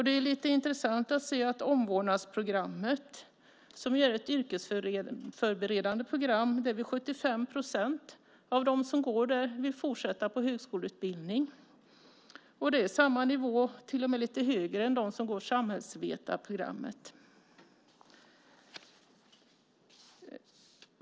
Det är lite intressant att se att på omvårdnadsprogrammet, som är ett yrkesförberedande program, vill 75 procent av dem som går där fortsätta på högskoleutbildning. Det är samma nivå, till och med lite högre än för dem som går samhällsvetarprogrammet.